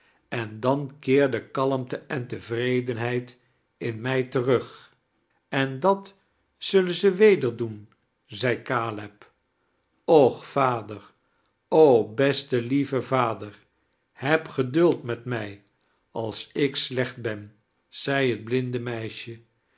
em dan keerden kalmte en tevredenheid in mij terug en dat zullen ze weder doen zei caleb och vader o beste lieve vader heb geduld met mij als ik sleoht ben zei het blinde meisje